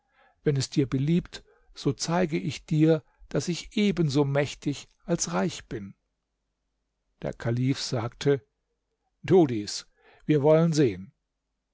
wenn es dir beliebt so zeige ich dir daß ich ebenso mächtig als reich bin der kalif sagte tu dies wir wollen sehen